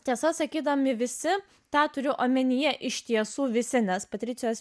tiesa sakydami visi tą turiu omenyje iš tiesų visi nes patricijos